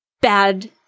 bad